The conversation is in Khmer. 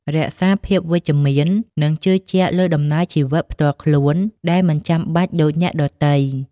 រក្សាភាពវិជ្ជមាន និងជឿជាក់លើដំណើរជីវិតផ្ទាល់ខ្លួនដែលមិនចាំបាច់ដូចអ្នកដទៃ។